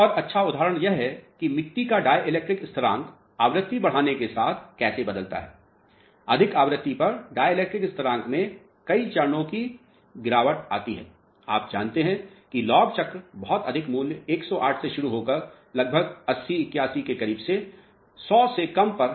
एक और अच्छा उदाहरण यह है कि मिट्टी का डाई इलेक्ट्रिक स्थरांक आवृत्ति बढ़ाने के साथ कैसे बदलता है अधिक आवृत्ति पर डाई इलेक्ट्रिक स्थरांक में कई चक्रों की गिरावट आती है आप जानते हैं कि लॉग चक्र बहुत अधिक मूल्य 108 से शुरू होकर लगभग 80 81 के करीब से 100 कम पर